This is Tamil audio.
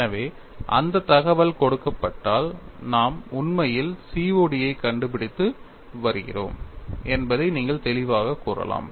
எனவே அந்த தகவல் கொடுக்கப்பட்டால் நாம் உண்மையில் COD ஐ கண்டுபிடித்து வருகிறோம் என்பதை நீங்கள் தெளிவாகக் கூறலாம்